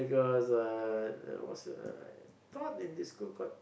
it was a what's the I taught in this school called